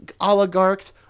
oligarchs